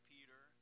Peter